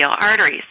arteries